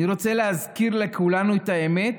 אני רוצה להזכיר לכולנו את האמת,